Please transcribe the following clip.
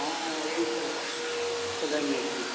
অ এই